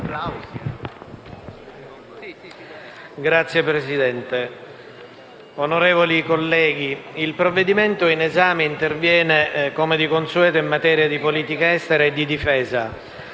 Signora Presidente, onorevoli colleghi, il provvedimento in esame interviene, come di consueto, in materia di politica estera e di difesa.